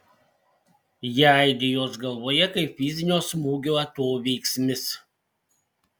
jie aidi jos galvoje kaip fizinio smūgio atoveiksmis